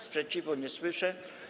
Sprzeciwu nie słyszę.